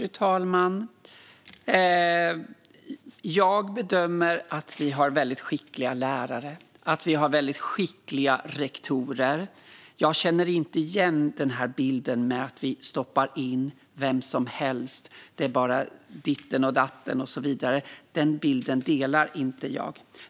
Fru talman! Jag bedömer att vi har väldigt skickliga lärare. Vi har väldigt skickliga rektorer. Jag känner inte igen bilden av att vi stoppar in vem som helst och så vidare. Den bilden delar jag inte.